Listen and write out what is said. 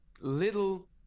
little